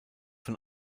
von